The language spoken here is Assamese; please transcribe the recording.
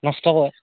নষ্ট কৰে